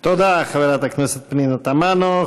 תודה, חברת הכנסת פנינה תמנו.